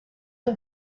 and